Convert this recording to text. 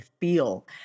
feel